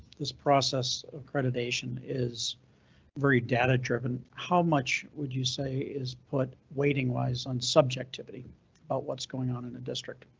this process of accreditation is very data driven. how much would you say is put waiting wise on subjectivity about what's going on in a district?